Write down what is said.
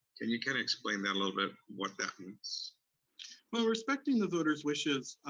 can you kinda explain that a little bit what that means? well, respecting the voters wishes,